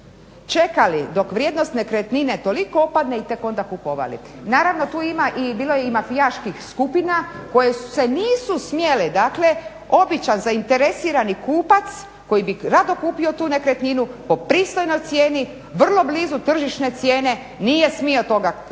čekali dok vrijednost nekretnine toliko opadne i tek onda kupovali. Naravno tu je bilo i mafijaških skupina koje nisu smjele dakle običan zainteresirani kupac koji bi rado kupio tu nekretninu po pristojnoj cijeni vrlo brzo tržišne cijene nije smio to kupiti.